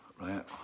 right